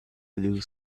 blue